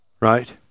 Right